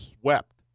swept